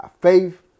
Faith